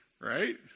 Right